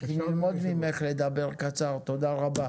צריך ללמוד ממך לדבר קצר, תודה רבה.